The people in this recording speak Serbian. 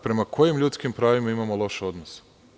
Prema kojim ljudskim pravima imamo loše odnose?